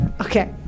Okay